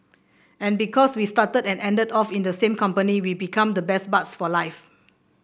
and because we started and ended off in the same company we become the best buds for life